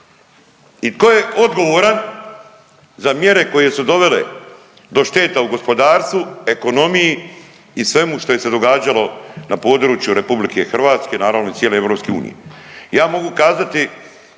i ko je odgovoran za mjere koje su dovele do šteta u gospodarstvu, ekonomiji i svemu što je se događalo na području RH, naravno i cijele EU? Ja